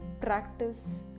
practice